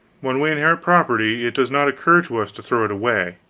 when we inherit property, it does not occur to us to throw it away,